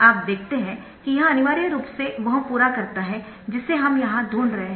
आप देखते है यह अनिवार्य रूप से वह पूरा करता है जिसे हम यहां ढूंढ रहे है